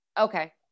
Okay